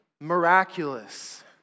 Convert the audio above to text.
miraculous